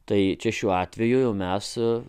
tai čia šiuo atveju mes su